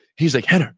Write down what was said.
he's like, rener,